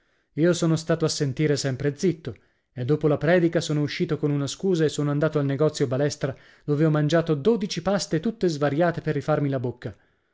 io sono stato a sentire sempre zitto e dopo la predica sono uscito con una scusa e sono andato al negozio balestra dove ho mangiato dodici paste tutte svariate per rifarmi la bocca